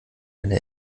eine